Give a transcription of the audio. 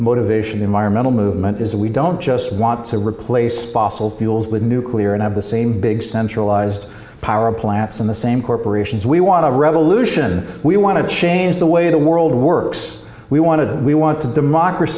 motivation environmental movement is that we don't just want to replace fossil fuels with nuclear and have the same big centralized power plants in the same corporations we want a revolution we want to change the way the world works we want to we want to democra